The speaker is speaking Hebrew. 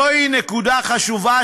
זו נקודה חשובה,